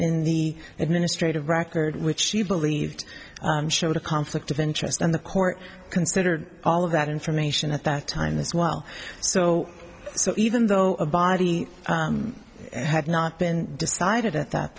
in the administrative record which she believed showed a conflict of interest and the court considered all of that information at that time this well so so even though a body had not been decided at that